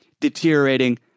deteriorating